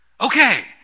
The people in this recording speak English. Okay